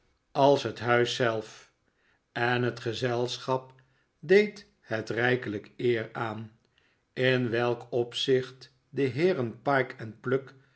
als het huit zelf en het gezelschap deed het rijkelijk eer aan in welk opzicht de heeren pyke en pluck